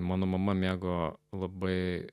mano mama mėgo labai